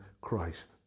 Christ